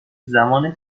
زمان